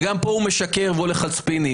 וגם פה הוא משקר והוא הולך על ספינים.